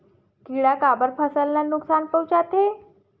किड़ा काबर फसल ल नुकसान पहुचाथे?